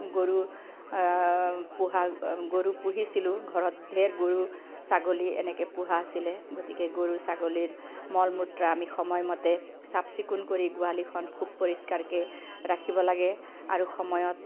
গৰু পোহা গৰু পুহিছিলোঁ ঘৰত ঢেৰ গৰু ছাগলী এনেকৈ পোহা আছিলে গতিকে গৰু ছাগলীৰ মল মূত্ৰ আমি সময়মতে চাফ চিকুণ কৰি গোহালিখন খুব পৰিষ্কাৰকৈ ৰাখিব লাগে আৰু সময়ত